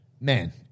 man